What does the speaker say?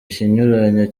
ikinyuranyo